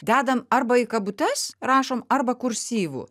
dedam arba į kabutes rašom arba kursyvu